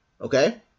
Okay